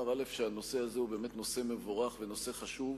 שהנושא הזה הוא נושא מבורך ונושא חשוב.